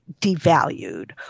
devalued